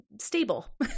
stable